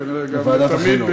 וכנראה גם לתמיד,